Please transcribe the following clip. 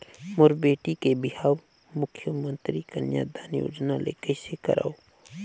मोर बेटी के बिहाव मुख्यमंतरी कन्यादान योजना ले कइसे करव?